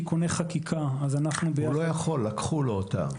הוא לא יכול, לקחו לו אותן.